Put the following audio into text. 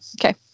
okay